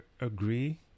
agree